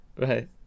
right